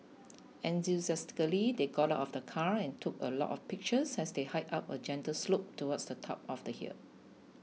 enthusiastically they got out of the car and took a lot of pictures as they hiked up a gentle slope towards the top of the hill